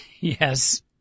Yes